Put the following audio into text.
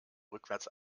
rückwärts